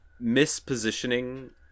mispositioning